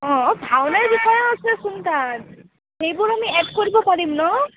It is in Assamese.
অঁ ভাওনাৰ বিষয়েও আছেচোন তাত সেইবোৰ আমি এড কৰিব পাৰিম ন'